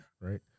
Right